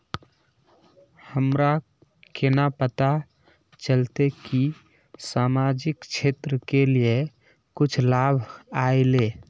हमरा केना पता चलते की सामाजिक क्षेत्र के लिए कुछ लाभ आयले?